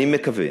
אני מקווה